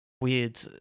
weird